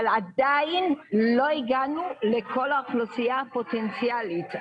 עדיין לא הגענו לכל האוכלוסייה הפוטנציאלית,